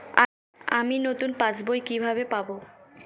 আমি নতুন passbook কিভাবে পাব?